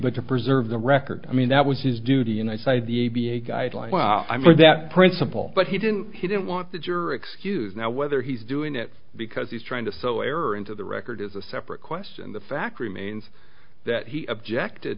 but to preserve the record i mean that was his duty and i cited the a b a guidelines for that principle but he didn't he didn't want that your excuse now whether he's doing it because he's trying to sow error into the record is a separate question the fact remains that he objected